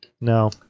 No